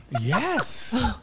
yes